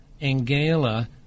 Angela